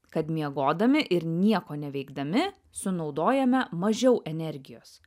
kad miegodami ir nieko neveikdami sunaudojame mažiau energijos